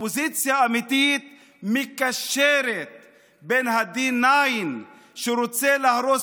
אופוזיציה אמיתית מקשרת בין ה-D9 שרוצה להרוס